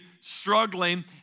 struggling